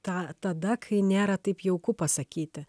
tą tada kai nėra taip jauku pasakyti